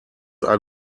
are